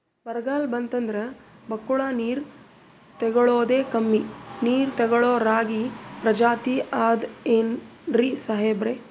ಬರ್ಗಾಲ್ ಬಂತಂದ್ರ ಬಕ್ಕುಳ ನೀರ್ ತೆಗಳೋದೆ, ಕಮ್ಮಿ ನೀರ್ ತೆಗಳೋ ರಾಗಿ ಪ್ರಜಾತಿ ಆದ್ ಏನ್ರಿ ಸಾಹೇಬ್ರ?